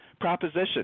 proposition